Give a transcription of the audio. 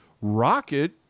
Rocket